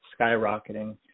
skyrocketing